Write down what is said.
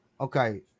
Okay